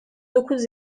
dokuz